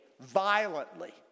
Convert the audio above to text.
violently